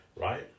right